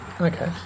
Okay